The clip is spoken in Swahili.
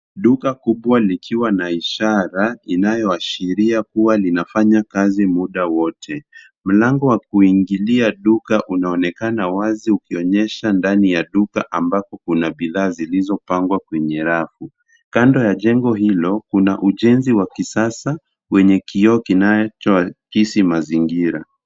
Duka kubwa likiwa na ishara inayoashiria kuwa linafanya kazi muda wote. Mlango wa kuingilia duka unaonekana wazi ukionyesha ndani ya duka ambapo kuna bidhaa zilizopangwa kwenye rafu. Kando ya jengo hilo kuna ujenzi wa kisasa wenye kioo kinachoakisi mazingira.